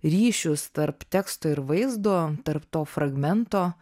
ryšius tarp teksto ir vaizdo tarp to fragmento